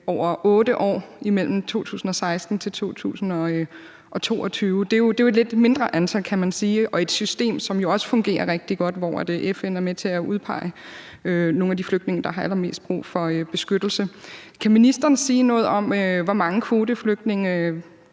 over 8 år mellem 2016 og 2022. Det er jo et lidt mindre antal, kan man sige, og det er i et system, som jo også fungerer rigtig godt, hvor FN er med til at udpege nogle af de flygtninge, der har allermest brug for beskyttelse. Kan ministeren sige noget om, hvor mange kvoteflygtninge